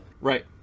Right